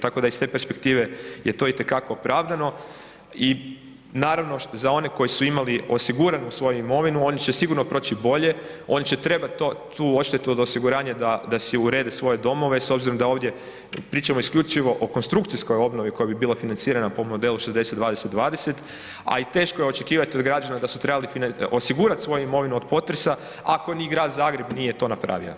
Tako da iz te perspektive je to itekako opravdano i naravno, za one koji su imali osigurano svoju imovinu, oni će sigurno proći bolje, oni će trebati tu odštetu od osiguranja da si urede svoje domove s obzirom da ovdje pričamo isključivo o konstrukcijskoj obnovi koja bi bila financirana po modelu 60-20-20, a i teško je očekivati od građana da su trebali osigurati svoju imovinu od potresa ako ni grad Zagreb nije to napravio.